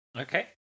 Okay